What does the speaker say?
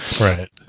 right